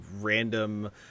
random